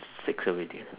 six already